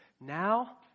Now